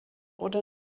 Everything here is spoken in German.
oder